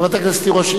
חברת הכנסת תירוש,